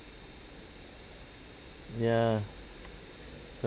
ya